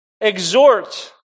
Exhort